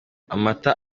amata